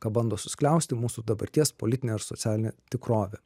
ką bando suskliausti mūsų dabarties politinė ar socialinė tikrovė